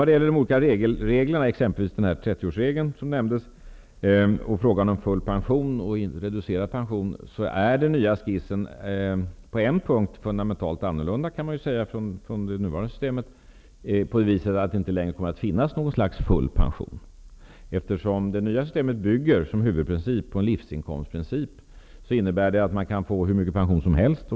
Vad gäller de olika reglerna, 30-årsregeln nämndes och frågan om full och inte reducerad pension, är den nya skissen på en punkt fundamentalt annorlunda mot det nuvarande systemet, genom att det inte längre kommer att finnas någon slags full pension. Det nya systemet bygger huvudsakligen på en livsinkomstprincip. Det innebär att man kan få hur mycket pension som helst.